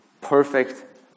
perfect